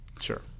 Sure